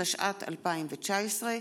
התשע"ט 2019,